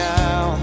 now